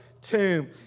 tomb